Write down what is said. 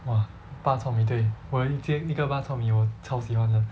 !wah! bak chor mee 对我有一间一个 bak chor mee 我超喜欢的